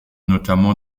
notamment